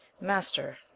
Master